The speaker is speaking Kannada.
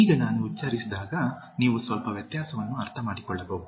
ಈಗ ನಾನು ಉಚ್ಚರಿಸಿದಾಗ ನೀವು ಸ್ವಲ್ಪ ವ್ಯತ್ಯಾಸವನ್ನು ಅರ್ಥಮಾಡಿಕೊಳ್ಳಬಹುದು